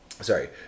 Sorry